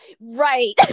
Right